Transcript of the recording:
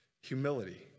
humility